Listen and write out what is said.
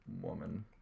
woman